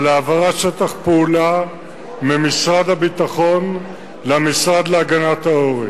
על העברת שטח פעולה ממשרד הביטחון למשרד להגנת העורף.